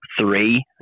three